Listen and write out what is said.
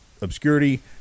obscurity